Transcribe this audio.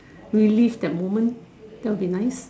relive that moment that would be nice